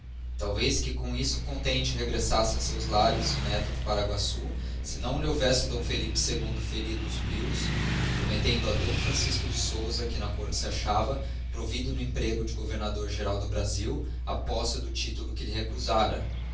talvez que cora isso contente regressasse a seus lares o neto de paraguassú se não lhe houvesse d philippe ii ferido os brios promettendo a d francisco de souza que na corte se achava provido no emprego de governador geral do brasil a posse do titulo que lhe recusara